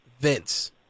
Vince